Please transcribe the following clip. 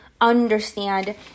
understand